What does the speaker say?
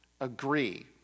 agree